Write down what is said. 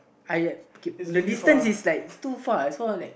I okay the distance is like it's too far so I like